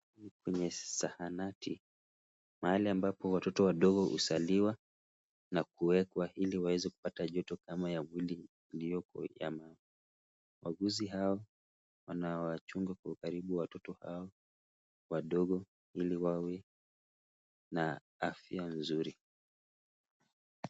Huku ni kwenye zahanati, mahali ambapo watoto wadogo huzaliwa na kuwekwa ili waweze kupata joto kama ya mwili iliyokuwa ya mama. Wauguzi hao wanawachunga kwa ukaribu watoto hao wadogo ili wawe na afya nzuri.